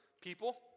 People